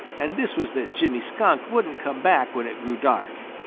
and this was that jimmy skunk wouldn't come back when it grew dark.